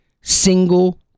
single